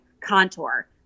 contour